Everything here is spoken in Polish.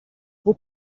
pół